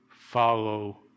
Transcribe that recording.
follow